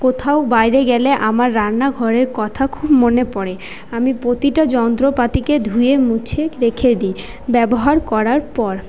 কোথায় বাইরে গেলে আমার রান্না ঘরের কথা খুব মনে পড়ে আমি প্রতিটা যন্ত্রপাতিকে ধুয়ে মুছে রেখে দিই ব্যবহার করার পর